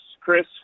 Chris